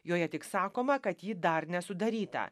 joje tik sakoma kad ji dar nesudaryta